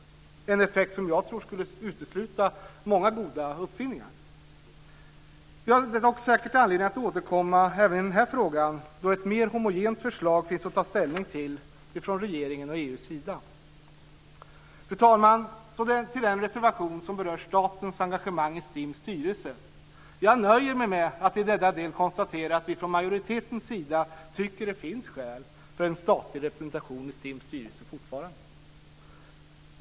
Det är en effekt som jag tror skulle utesluta många goda uppfinningar. Vi har dock säkert anledning att återkomma till denna fråga i framtiden då ett mer homogent förslag finns att ta ställning till från regeringen och EU:s sida. Fru talman! Så till den reservation som berör statens engagemang i STIM:s styrelse. Jag nöjer mig med att i denna del konstatera att vi från majoritetens sida tycker att det fortfarande finns skäl för en statlig representation i STIM:s styrelse.